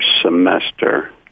semester